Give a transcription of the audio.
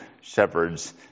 shepherds